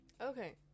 Okay